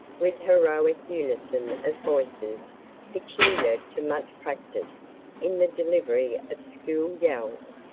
with heroic unison of voices peculiar to much practice in the delivery of school yells,